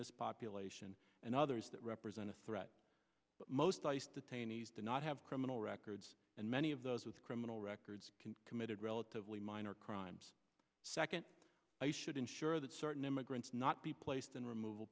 this population and others that represent a threat most ice detainees do not have criminal records and many of those with criminal records committed relatively minor crimes second i should ensure that certain immigrants not be placed in removal